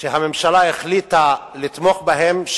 של חברי האופוזיציה שהממשלה החליטה לתמוך בהם.